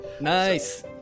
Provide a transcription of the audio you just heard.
Nice